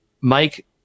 Mike